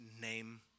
name